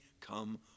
come